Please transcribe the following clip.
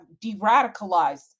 de-radicalized